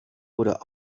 oder